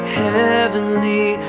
heavenly